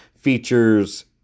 features